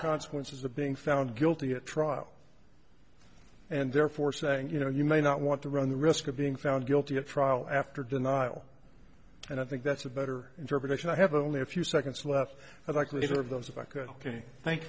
consequences of being found guilty at trial and therefore saying you know you may not want to run the risk of being found guilty at trial after denial and i think that's a better interpretation i have only a few seconds left but like